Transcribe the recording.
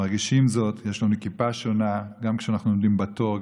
מרגישים זאת: יש לנו כיפה שונה גם כשאנחנו עומדים בתור,